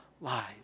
lives